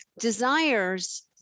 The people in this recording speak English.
Desires